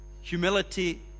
humility